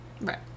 Right